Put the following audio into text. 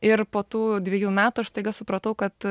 ir po tų dviejų metų aš staiga supratau kad